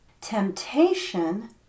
Temptation